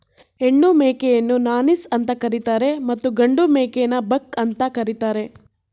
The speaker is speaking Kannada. ಹೆಣ್ಣು ಮೇಕೆಯನ್ನು ನಾನೀಸ್ ಅಂತ ಕರಿತರೆ ಮತ್ತು ಗಂಡು ಮೇಕೆನ ಬಕ್ ಅಂತ ಕರಿತಾರೆ